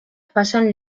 pasan